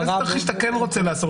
יש תרחיש שאתה כן רוצה לעצור.